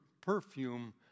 perfume